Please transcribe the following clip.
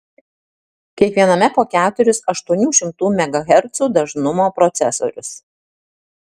kiekviename po keturis aštuonių šimtų megahercų dažnumo procesorius